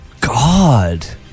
God